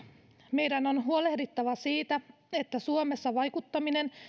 meidän on huolehdittava siitä että suomessa vaikuttaminen